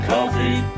Coffee